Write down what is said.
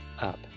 up